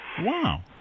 Wow